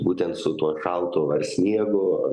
būtent su tuo šaltu ar sniegu